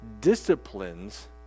disciplines